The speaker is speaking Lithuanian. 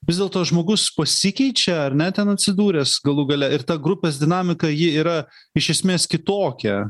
vis dėlto žmogus pasikeičia ar ne ten atsidūręs galų gale ir ta grupės dinamika ji yra iš esmės kitokia